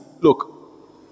Look